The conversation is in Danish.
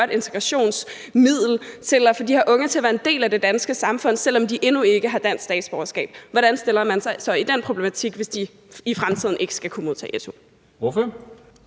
integrationsmiddel til at få de her unge til at være en del af det danske samfund, selv om de endnu ikke har dansk statsborgerskab. Hvordan stiller man sig så i den problematik, hvis de i fremtiden ikke skal kunne modtage su? Kl.